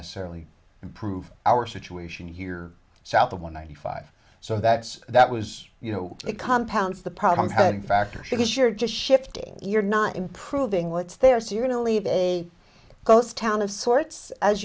necessarily improve our situation here south of one ninety five so that's that was you know it compounds the problem head factor because you're just shifting you're not improving what's there so you're going to leave a ghost town of sorts as